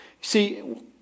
See